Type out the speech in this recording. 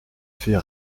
fait